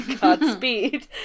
Godspeed